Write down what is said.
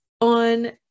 on